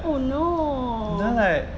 oh no